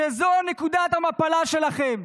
שזו נקודת המפלה שלכם,